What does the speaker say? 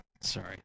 Sorry